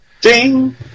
Ding